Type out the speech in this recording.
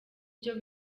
byo